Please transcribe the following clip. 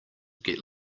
get